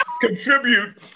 contribute